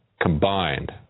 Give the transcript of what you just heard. combined